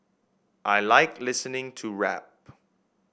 I like listening to rap